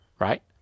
right